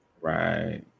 Right